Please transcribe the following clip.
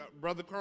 brother